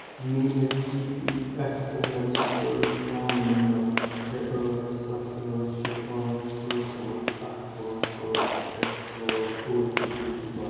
میٲنِس E P F O registered phone number شیٚے ٲٹھ سَتھ ٲٹھ شیٚے پانٛژھ ٲٹھ پانٛژھ اکھ پانٛژھ پانٛژھ پٮ۪ٹھ سوز او ٹی پی دُبارٕ